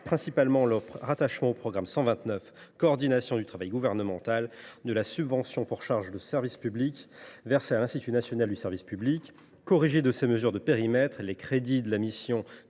principalement le rattachement au programme 129 « Coordination du travail gouvernemental », de la subvention pour charges de service public versée à l’Institut national du service public (INSP). Corrigés de ces mesures de périmètre, les crédits de la mission